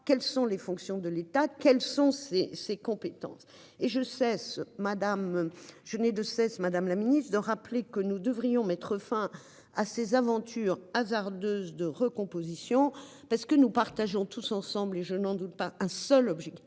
Quelles sont les fonctions de l'État. Quels sont ses ses compétences et je cesse madame, je n'ai de cesse Madame la Ministre de rappeler que nous devrions mettre fin à ses aventures hasardeuses de recomposition parce que nous partageons tous ensemble et je n'en doute pas un seul objectif